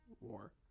War